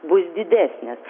bus didesnis